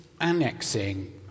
annexing